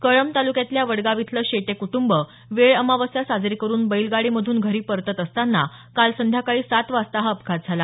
कळंब तालुक्यातल्या वडगाव इथलं शेटे कुटुंब वेळ अमावस्या साजरी करुन बैलगाडीमधून घरी परतत असताना काल संध्याकाळी सात वाजता हा अपघात झाला